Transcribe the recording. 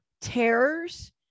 terrors